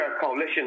coalition